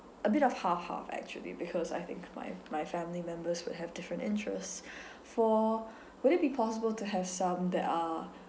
a bit of half half actually because I think my my family members will have different interests for would it be possible to have some that are